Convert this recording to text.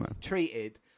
treated